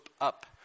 up